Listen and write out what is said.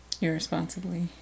Irresponsibly